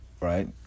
Right